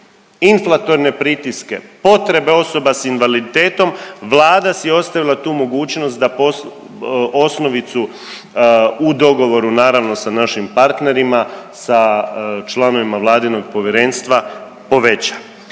inflatorne pritiske, potrebe osoba s invaliditetom, Vlada si je ostavila tu mogućnost da osnovicu u dogovoru naravno sa našim partnerima, sa članovima vladinog povjerenstva poveća.